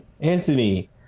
Anthony